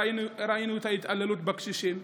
ראינו את ההתעללות בקשישים,